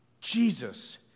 Jesus